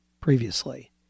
previously